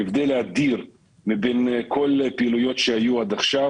ההבדל האדיר בין כל הפעילויות שהיו עד עכשיו